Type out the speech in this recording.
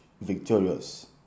victorious